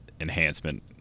Enhancement